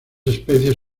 especies